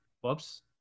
whoops